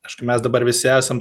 aišku mes dabar visi esam